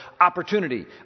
opportunity